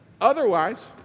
otherwise